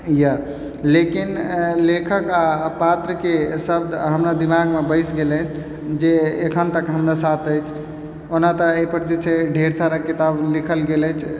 यऽ लेकिन लेखक आओर पात्रके शब्द हमरा दिमागमे बसि गेल अछि जे एखन तक हमरा साथ अछि ओना तऽ एहिपर जे छै ढ़ेर सारा किताब लिखल गेल अछि